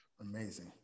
Amazing